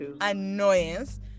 annoyance